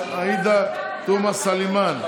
חברת הכנסת עאידה תומא סלימאן,